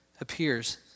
appears